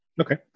Okay